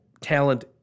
talent